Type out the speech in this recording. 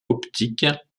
optique